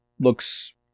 looks